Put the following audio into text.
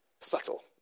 Subtle